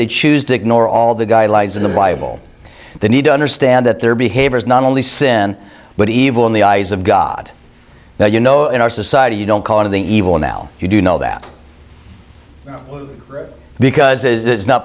they choose to ignore all the guidelines in the bible they need to understand that their behavior is not only sin but evil in the eyes of god now you know in our society you don't call it the evil now you do know that because it's not